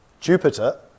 Jupiter